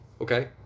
Okay